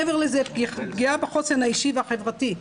מעבר לזה, פגיעה בחוסן האישי והחברתי.